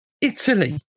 Italy